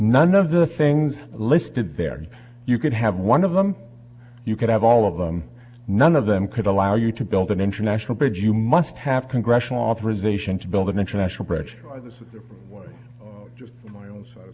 none of the things listed there you could have one of them you could have all of them none of them could allow you to build an international bridge you must have congressional authorization to build an international bridge